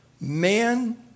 man